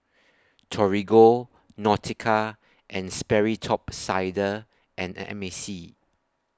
Torigo Nautica and Sperry Top Sider and M A C